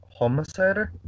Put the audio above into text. homicider